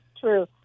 true